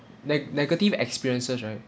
ne~ negative experiences right